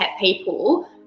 people